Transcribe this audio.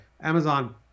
Amazon